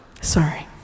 Sorry